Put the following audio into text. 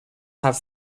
have